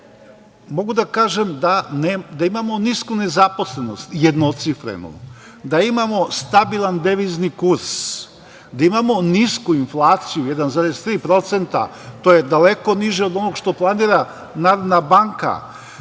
mogu da kažem da imamo nisku nezaposlenost, jednocifrenu, da imamo stabilan devizni kurs, da imamo nisku inflaciju 1,35, to je daleko niže od onog što planira Narodna banka,